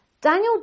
Daniel